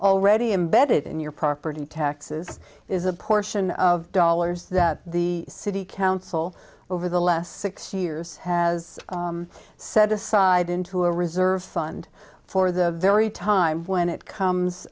already embedded in your property taxes is a portion of dollars that the city council over the last six years has set aside into a reserve fund for the very time when it comes